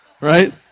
Right